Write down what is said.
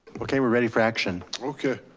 okay, we're ready for action. okay,